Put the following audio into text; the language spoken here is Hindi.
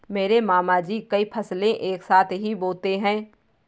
मेरे मामा जी कई फसलें एक साथ ही बोते है